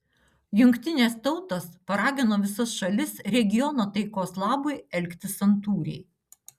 jungtinės tautos paragino visas šalis regiono taikos labui elgtis santūriai